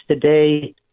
today –